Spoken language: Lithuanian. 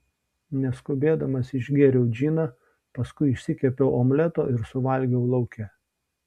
neskubėdamas išgėriau džiną paskui išsikepiau omleto ir suvalgiau lauke